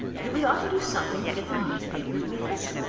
that we ought to do something to get the newspapers with us?